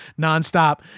nonstop